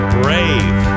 brave